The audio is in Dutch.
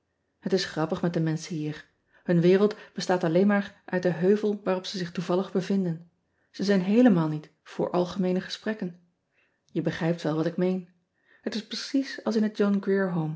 et is grappig met de menschen hier un wereld bestaat alleen maar uit den heuvel waarop ze zich toevallig bevinden e zijn heelemaal niet voor algemeene gesprekken e begrijpt wel wat ik meen et is precies als in het ohn